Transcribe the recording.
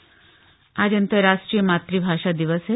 मातृभाषा दिवस आज अन्तरराष्ट्रीय मातृभाषा दिवस है